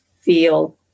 feel